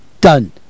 Done